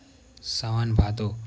सावन भादो